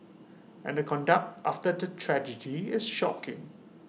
and the conduct after the tragedy is shocking